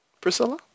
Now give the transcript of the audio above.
Priscilla